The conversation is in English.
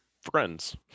friends